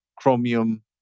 Chromium